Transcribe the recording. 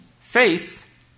Faith